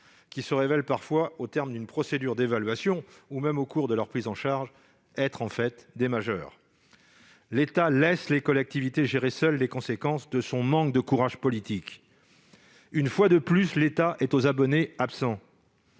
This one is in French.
se révèlent parfois, au terme d'une procédure d'évaluation ou même au cours de leur prise en charge, être des majeurs. L'État laisse les collectivités gérer seules les conséquences de son manque de courage politique. Une fois de plus, il est aux abonnés absents